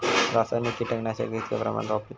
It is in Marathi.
रासायनिक कीटकनाशका कितक्या प्रमाणात वापरूची?